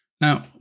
Now